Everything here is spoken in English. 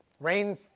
Rain